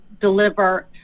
deliver